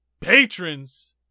patrons